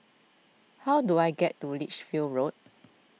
how do I get to Lichfield Road